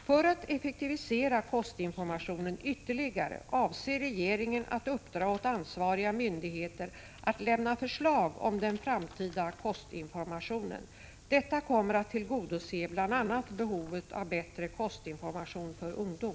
För att effektivisera kostinformationen ytterligare avser regeringen att uppdra åt ansvariga myndigheter att lämna förslag om den framtida kostinformationen. Detta kommer att tillgodose bl.a. behovet av bättre kostinformation för ungdom.